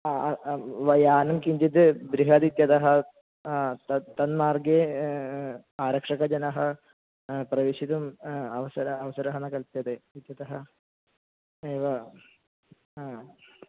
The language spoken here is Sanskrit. व यानं किञ्चित् बृहदित्यतः तत् तन्मार्गे आरक्षकजनः प्रवेशितुम् अवसरः अवसरः न कल्प्यते इत्यतः एव